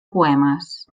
poemes